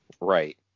right